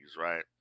right